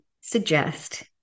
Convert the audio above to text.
suggest